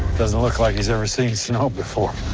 doesn't look like he's ever seen snow before.